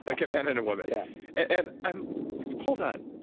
like a man and a woman. yeah and i'm like, hold on.